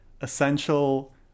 essential